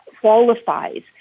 qualifies